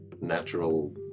natural